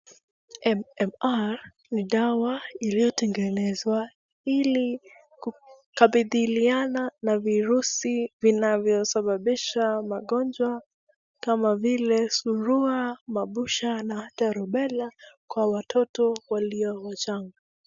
MMR ni dawa iliyotengenezwa ili kukabiliana na virusi vinavyosababisha magonjwa kama vile surua, mabusha na hata rubela kwa watoto walio wachanga.